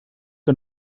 que